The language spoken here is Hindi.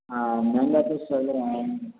हाँ महंगा तो स लग रहा है